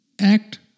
act